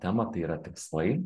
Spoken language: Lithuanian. temą tai yra tikslai